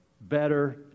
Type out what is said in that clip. better